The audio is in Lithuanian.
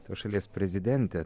tos šalies prezidente